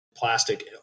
plastic